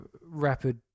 rapid